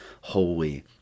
holy